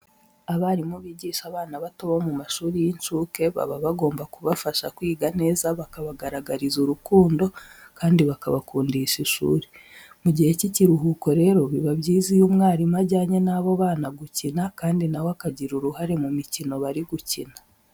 Abarimu bigisha abana bato bo mu mashuri y'incuke, baba bagomba kubafasha kwiga neza bakabagaragariza urukundo kandi bakabakundisha ishuri. Mu gihe cy'ikiruhuko rero, biba byiza iyo umwarimu ajyanye n'abo bana gukina kandi na we akagira uruhare mu mikino bari gukina.